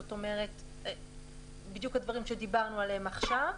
זאת אומרת בדיוק הדברים שדיברנו עליהם עכשיו,